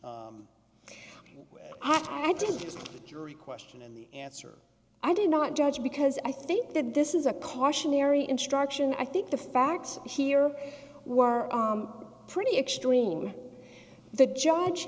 jury question and answer i did not judge because i think that this is a cautionary instruction i think the facts here were pretty extreme the judge